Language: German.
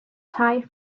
tai